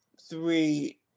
three